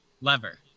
lever